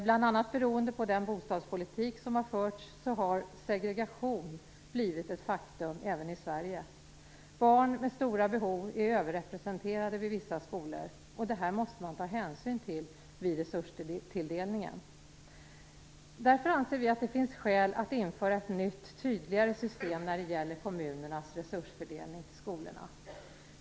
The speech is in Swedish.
Bl.a. beroende på den bostadspolitik som har förts har segregation blivit ett faktum även i Sverige. Barn med stora behov är överrepresenterade vid vissa skolor, och det måste man ta hänsyn till vid resurstilldelningen. Därför anser vi att det finns skäl att införa ett nytt, tydligare system när det gäller kommunernas resurstilldelning till skolorna.